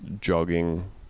jogging